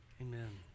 Amen